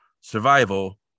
Survival